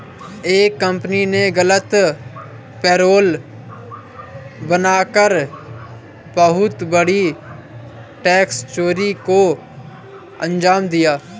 एक कंपनी ने गलत पेरोल बना कर बहुत बड़ी टैक्स चोरी को अंजाम दिया